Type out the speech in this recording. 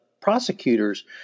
prosecutors